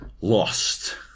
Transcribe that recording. lost